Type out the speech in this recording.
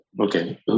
okay